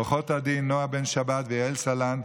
עורכות הדין נועה בן שבת ויעל סלנט,